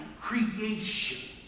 creation